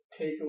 takeaway